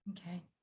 Okay